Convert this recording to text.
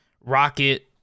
Rocket